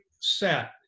set